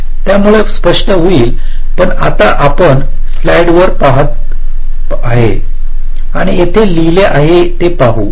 त्यामुळे स्पष्ट होईल पण आता आपण स्लाइड वर परत आलो आहे आणि येथे लिहिले आहे ते पाहू